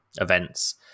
events